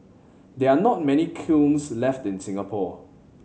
there are not many kilns left in Singapore